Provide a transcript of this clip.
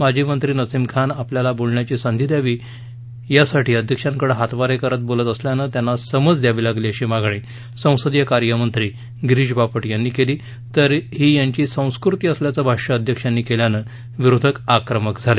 माजी मंत्री नसीम खान आपल्याला बोलण्याची संधी द्यावी यासाठी अध्यक्षांकडे हातवारे करीत बोलत असल्यानं त्याना समाज द्यावी अशी मागणी संसदीय कार्य मंत्री गिरीश बापट यांनी केली तर ही यांची संस्कृती असल्याचं भाष्य अध्यक्षांनी केल्यानं विरोधक आक्रमक झाले